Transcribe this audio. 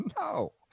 No